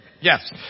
Yes